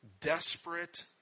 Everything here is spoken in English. desperate